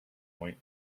point